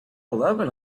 eleven